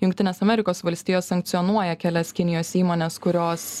jungtinės amerikos valstijos sankcionuoja kelias kinijos įmones kurios